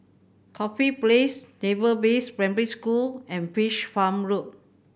Corfe Place Naval Base Primary School and Fish Farm Road